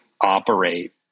operate